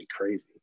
crazy